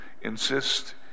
insist